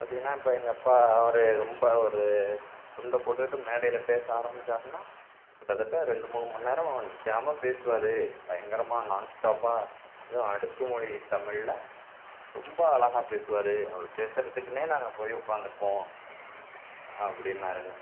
இப்போ பார்த்தீங்கன்னா இப்போ எங்கள் அப்பா அவர் ரொம்ப ஒரு துண்டை போட்டுக்கிட்டு மேடையில் பேச ஆரம்பித்தாருன்னா கிட்டத்தட்ட ரெண்டு மூணு மணி நேரம் நிற்காம பேசுவார் பயங்கரமாக நான்ஸ்டாப்பாக அதுவும் அடுக்கு மொழி தமிழில் ரொம்ப அழகாக பேசுவார் அவர் பேசுகிறத்துக்குனே நாங்கள் போய் உட்காந்துருப்போம் அப்படின்னாருங்க